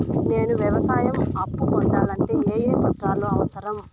నేను వ్యవసాయం అప్పు పొందాలంటే ఏ ఏ పత్రాలు అవసరం?